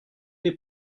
des